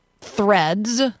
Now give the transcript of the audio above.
Threads